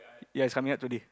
yes it's coming out today